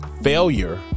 Failure